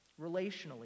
relationally